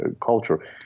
culture